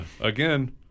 again